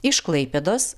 iš klaipėdos